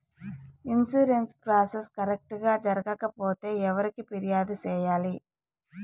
insurance process correct గా జరగకపోతే ఎవరికి ఫిర్యాదు సేయాలి